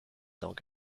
donc